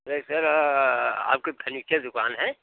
sir आपकी furniture की दुकान है